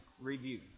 review